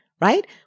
right